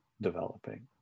developing